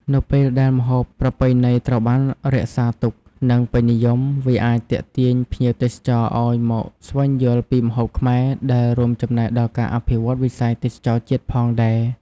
នៅពេលដែលម្ហូបប្រពៃណីត្រូវបានរក្សាទុក និងពេញនិយម វាអាចទាក់ទាញភ្ញៀវទេសចរឱ្យមកស្វែងយល់ពីម្ហូបខ្មែរ ដែលរួមចំណែកដល់ការអភិវឌ្ឍវិស័យទេសចរណ៍ជាតិផងដែរ។